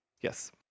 Yes